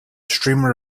streamer